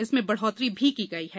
इसमें बढ़ोतरी भी की गयी है